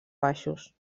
baixos